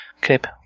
clip